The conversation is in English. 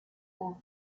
will